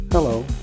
Hello